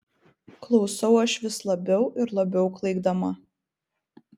klausau aš vis labiau ir labiau klaikdama